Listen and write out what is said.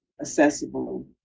accessible